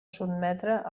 sotmetre